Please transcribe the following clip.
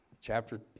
chapter